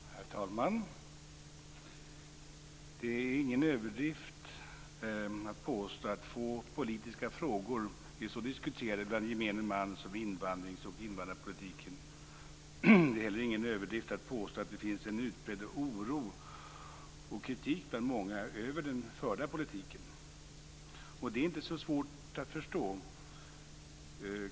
Herr talman! Det är ingen överdrift att påstå att få politiska frågor är så diskuterade av gemene man som frågorna om invandrings och invandrarpolitiken. Det är heller ingen överdrift att påstå att det bland många finns en utbredd oro och kritik över den förda politiken. Det är inte så svårt att förstå.